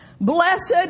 Blessed